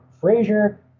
Frazier